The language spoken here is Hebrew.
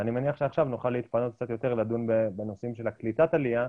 ואני מניח שעכשיו נוכל להתפנות קצת יותר לדון בנושאים של קליטת העלייה,